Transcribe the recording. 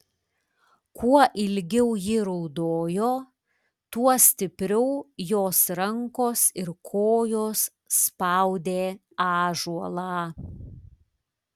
kuo ilgiau ji raudojo tuo stipriau jos rankos ir kojos spaudė ąžuolą